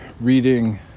reading